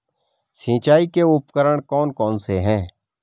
सिंचाई के उपकरण कौन कौन से हैं?